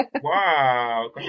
Wow